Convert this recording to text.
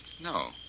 no